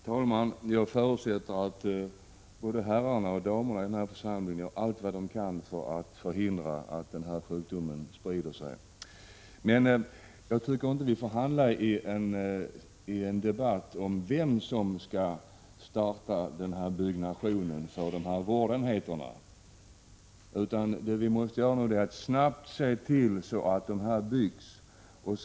Herr talman! Jag förutsätter att både herrarna och damerna i den här församlingen gör allt de kan för att förhindra att den här sjukdomen sprider sig. Men vi får inte hamna i en debatt om vem som skall starta byggnationen av vårdenheterna, utan vi måste se till att de byggs snabbt.